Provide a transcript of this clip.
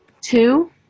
Two